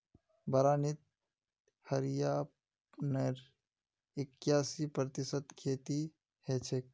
बारानीत हरियाणार इक्कीस प्रतिशत खेती हछेक